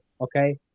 okay